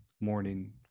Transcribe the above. morning